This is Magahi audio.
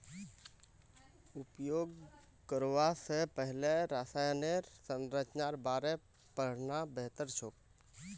उपयोग करवा स पहले रसायनेर संरचनार बारे पढ़ना बेहतर छोक